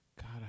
God